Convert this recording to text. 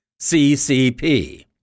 CCP